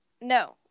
no